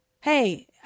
Hey